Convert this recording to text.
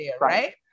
right